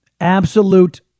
Absolute